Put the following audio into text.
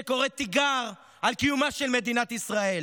שקורא תיגר על קיומה של מדינת ישראל,